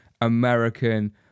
American